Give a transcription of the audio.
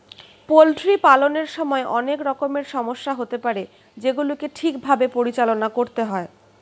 poultry পালনের সময় অনেক রকমের সমস্যা হতে পারে যেগুলিকে ঠিক ভাবে পরিচালনা করতে হয়